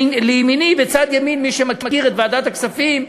ולימיני, בצד ימין, מי שמכיר את ועדת הכספים,